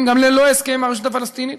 גם ללא הסכם עם הרשות הפלסטינית